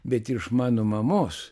bet iš mano mamos